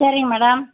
சரிங்க மேடம்